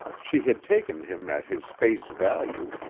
she had taken him at his face value,